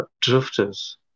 drifters